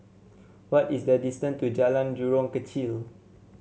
what is the distance to Jalan Jurong Kechil